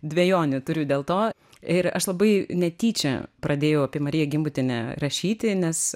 dvejonių turiu dėl to ir aš labai netyčia pradėjau apie mariją gimbutienę rašyti nes